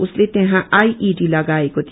उसले त्यहाँ आईईडि लगाएको थियो